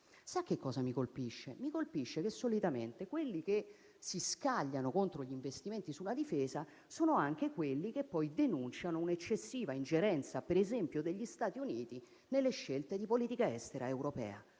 Sa che cosa mi colpisce? Che solitamente coloro che si scagliano contro gli investimenti sulla difesa sono anche quelli che poi denunciano un'eccessiva ingerenza - per esempio, degli Stati Uniti - nelle scelte di politica estera europea.